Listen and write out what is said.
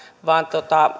vaan